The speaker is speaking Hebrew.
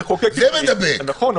נכון,